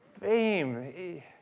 fame